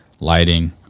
lighting